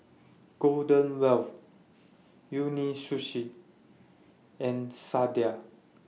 Golden Wheel Umisushi and Sadia